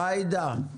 ג'ידא,